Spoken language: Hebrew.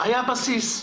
היה בסיס.